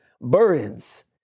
burdens